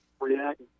react